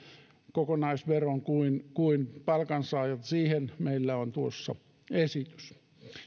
kokonaisveron kuin kuin palkansaajat siihen meillä on tuossa esitys